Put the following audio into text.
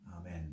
Amen